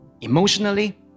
Emotionally